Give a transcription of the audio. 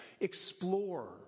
explore